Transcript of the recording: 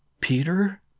Peter